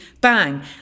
bang